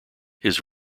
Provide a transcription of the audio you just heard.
his